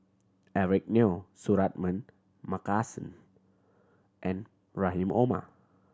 Eric Neo Suratman Markasan and Rahim Omar